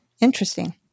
Interesting